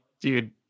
dude